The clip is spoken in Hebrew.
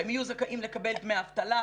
שהם יהיו זכאים לקבל דמי אבטלה,